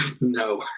No